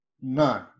None